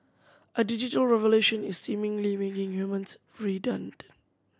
a digital revolution is seemingly making humans